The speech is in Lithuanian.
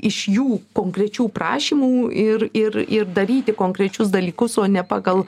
iš jų konkrečių prašymų ir ir ir daryti konkrečius dalykus o ne pagal